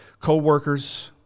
co-workers